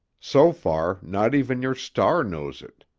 so far, not even your star knows it.